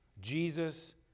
Jesus